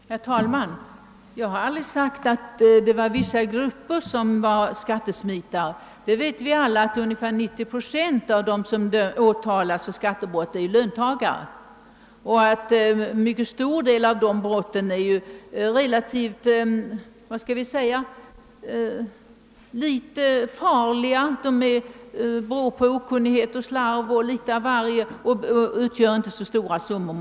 Herr talman! Jag har aldrig sagt att vissa grupper är skattesmitare. Vi vet alla att ungefär 90 procent av dem som åtalas för skattebrott är löntagare, och en stor del av dessa brott är — om jag så får uttrycka mig — relativt ofarliga. De beror på okunnighet, slarv o. d. och det gäller många gånger inte så stora summor.